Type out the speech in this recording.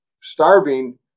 starving